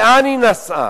לאן היא נסעה?